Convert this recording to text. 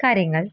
കാര്യങ്ങൾ